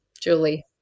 Julie